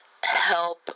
help